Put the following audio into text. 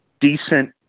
decent